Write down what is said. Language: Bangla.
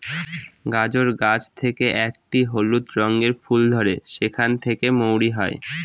গাজর গাছ থেকে একটি হলুদ রঙের ফুল ধরে সেখান থেকে মৌরি হয়